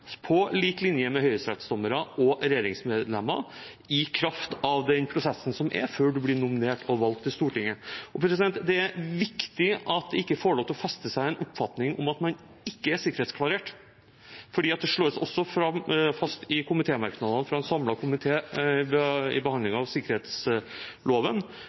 på lik linje med høyesterettsdommere og regjeringsmedlemmer i kraft av den prosessen som er, før man blir nominert og valgt til Stortinget. Det er viktig at det ikke får lov til å feste seg en oppfatning av at man ikke er sikkerhetsklarert. I behandlingen av sikkerhetsloven slås det i komitémerknadene fra en